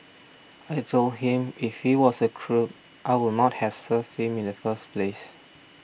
I told him if he was a crook I would not have served him in the first place